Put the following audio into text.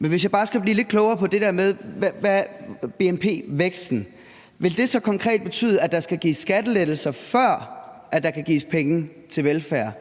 Men hvis jeg bare skal blive lidt klogere på det der med bnp-væksten: Vil det så konkret betyde, at der skal gives skattelettelser, før der kan gives penge til velfærd?